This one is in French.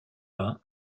peints